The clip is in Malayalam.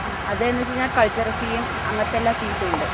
ആ അത് എന്ന് വച്ച് കഴിഞ്ഞാൽ കൾച്ചറൽ ഫീയും അങ്ങനത്തെ എല്ലാ ഫീസും ഉണ്ട്